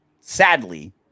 Sadly